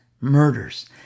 murders